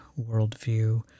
worldview